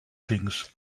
things